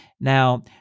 Now